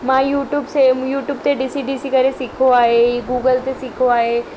मां यूट्यूब से यूट्यूब ते ॾिसी ॾिसी करे सिखियो आहे गूगल ते सिखियो आहे